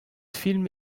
film